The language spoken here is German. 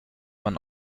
man